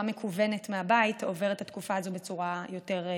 מקוונת מהבית עובר את התקופה הזאת בצורה יותר טובה.